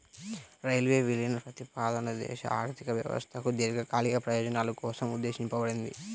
railway విలీన ప్రతిపాదన దేశ ఆర్థిక వ్యవస్థకు దీర్ఘకాలిక ప్రయోజనాల కోసం ఉద్దేశించబడింది